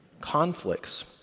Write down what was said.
Conflicts